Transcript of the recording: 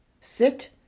sit